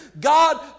God